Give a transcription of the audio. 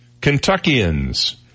Kentuckians